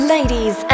Ladies